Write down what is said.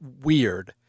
weird